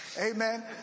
Amen